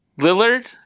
Lillard